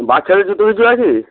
বাচ্চাদের জুতো কিছু আছে